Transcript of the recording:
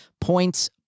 Points